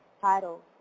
title